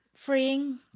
freeing